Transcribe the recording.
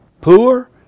poor